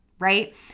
Right